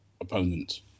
opponent